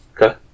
Okay